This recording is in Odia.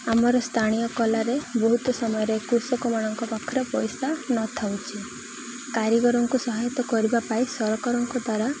ଆମର ସ୍ଥାଣୀୟ କଲାରେ ବହୁତ ସମୟରେ କୃଷକମାନଙ୍କ ପାଖରେ ପଇସା ନଥାଉଛି କାରିଗରଙ୍କୁ ସହାୟତା କରିବା ପାଇଁ ସରକାରଙ୍କ ଦ୍ୱାରା